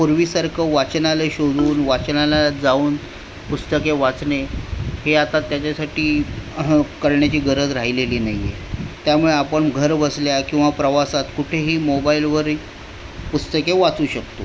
पूर्वीसारखं वाचनालय शोधून वाचनालयात जाऊन पुस्तके वाचणे हे आता त्याच्यासाठी करण्याची गरज राहिलेली नाही आहे त्यामुळे आपण घरबसल्या किंवा प्रवासात कुठेही मोबाईलवर पुस्तके वाचू शकतो